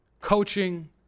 coaching